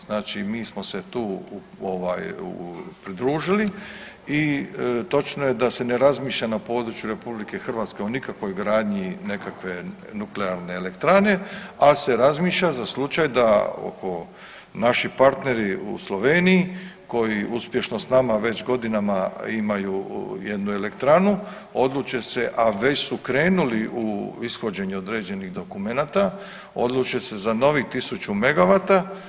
Znači mi smo se tu ovaj pridružili i točno je da se ne razmišlja na području RH o nikakvoj gradnji nekakve nuklearne elektrane, ali se razmišlja, za slučaj da naši partneri u Sloveniji koji uspješno s nama već godinama imaju jednu elektranu odluče se, a već su krenuli u ishođenju određenih dokumenata odluče se za novih 1000 MW.